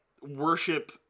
worship